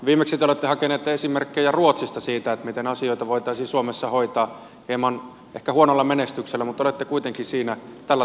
viimeksi te olette hakenut esimerkkejä ruotsista siitä miten asioita voitaisiin suomessa hoitaa hieman ehkä huonolla menestyksellä mutta olette kuitenkin siinä tällä tavalla toiminut